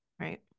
Right